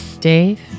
Dave